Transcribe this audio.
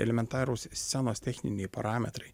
elementarūs scenos techniniai parametrai